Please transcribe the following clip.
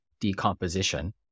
decomposition